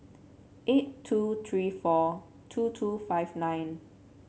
eight two three four two two five nine